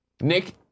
Nick